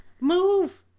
move